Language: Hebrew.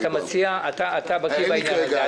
אתה בקיא בעניין הזה,